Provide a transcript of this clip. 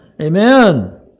Amen